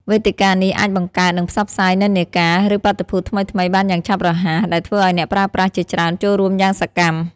វេទិកានេះអាចបង្កើត និងផ្សព្វផ្សាយនិន្នាការ ឬបាតុភូតថ្មីៗបានយ៉ាងឆាប់រហ័ស ដែលធ្វើឱ្យអ្នកប្រើប្រាស់ជាច្រើនចូលរួមយ៉ាងសកម្ម។